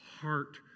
heart